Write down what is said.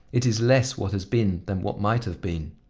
it is less what has been than what might have been.